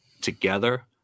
together